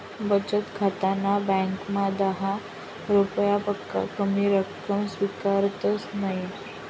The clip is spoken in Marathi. बचत खाताना ब्यांकमा दहा रुपयापक्सा कमी रक्कम स्वीकारतंस नयी